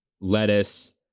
lettuce